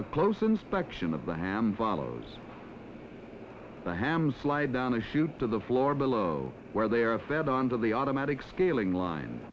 a close inspection of the ham follows the ham slide down issued to the floor below where they are fed on to the automatic scaling line